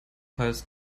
heißt